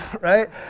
right